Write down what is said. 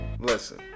Listen